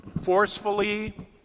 forcefully